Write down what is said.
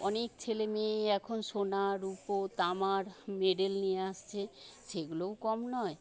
অনেক ছেলেমেয়েই এখন সোনা রুপো তামার মেডেল নিয়ে আসছে সেগুলোও কম নয়